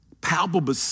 palpable